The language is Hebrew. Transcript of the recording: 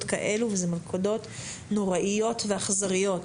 כאלו וזה מלכודות נוראיות ואכזריות,